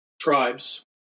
tribes